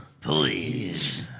please